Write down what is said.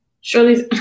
Shirley's